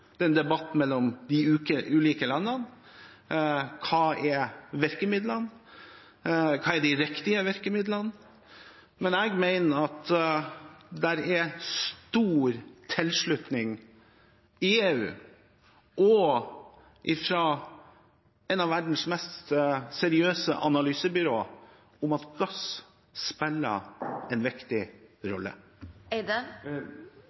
det er en debatt mellom de ulike landene om hva som er virkemidlene – hva som er de riktige virkemidlene. Men jeg mener at det er stor tilslutning i EU og fra en av verdens mest seriøse analysebyråer om at gass spiller en viktig